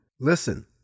listen